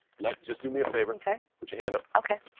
like just do me a favor. okay. put your hand up. okay.